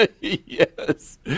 Yes